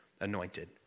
anointed